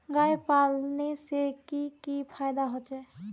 गाय पालने से की की फायदा होचे?